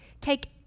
take